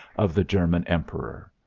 of. the german emperor.